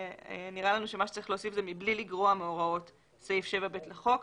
נראה לנו שמה שצריך להוסיף זה "מבלי לגרוע מהוראות סעיף 7ב לחוק".